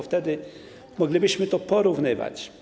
Wtedy moglibyśmy to porównywać.